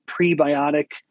prebiotic